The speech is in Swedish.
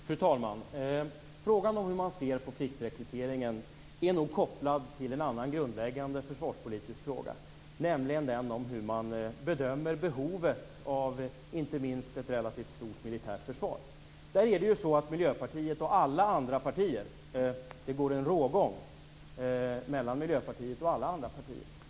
Fru talman! Frågan om hur man ser på pliktrekryteringen är nog kopplad till en annan grundläggande försvarspolitisk fråga, nämligen den om hur man bedömer behovet av ett relativt stort militärt försvar. Där går det en rågång mellan Miljöpartiet och alla andra partier.